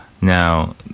Now